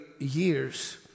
years